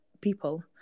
people